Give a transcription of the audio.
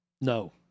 no